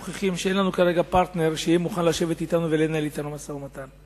מוכיחים שאין לנו כרגע פרטנר שיהיה מוכן לשבת אתנו ולנהל אתנו משא-ומתן.